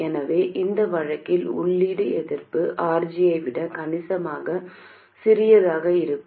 எனவே இந்த வழக்கில் உள்ளீடு எதிர்ப்பு RG ஐ விட கணிசமாக சிறியதாக இருக்கும்